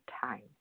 time